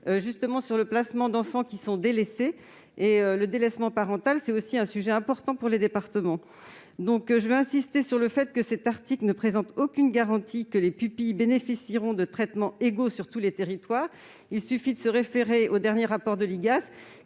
dans le placement d'enfants qui sont délaissés. Or le délaissement parental est aussi un sujet important pour les départements. Enfin, je veux insister sur le fait que cet article ne garantit nullement que les pupilles bénéficieront d'un traitement égal sur tous les territoires. Il suffit de se référer au dernier rapport de